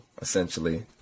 essentially